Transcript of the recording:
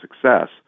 success